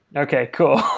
okay. cool.